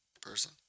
person